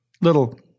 Little